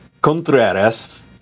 Contreras